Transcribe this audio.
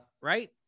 Right